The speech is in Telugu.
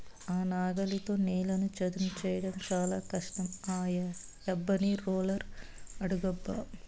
ఆ నాగలితో నేలను చదును చేయడం చాలా కష్టం ఆ యబ్బని రోలర్ అడుగబ్బా